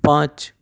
پانچ